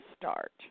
start